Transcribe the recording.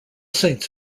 saints